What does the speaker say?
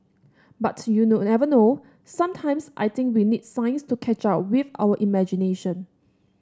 but you never know sometimes I think we need science to catch up with our imagination